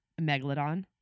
megalodon